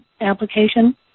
application